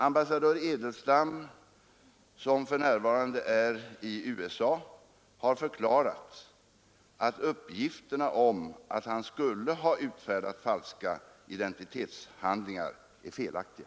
Ambassadör Edelstam, som för närvarande är i USA, har förklarat att uppgifterna om att han skulle ha utfärdat falska identitetshandlingar är felaktiga.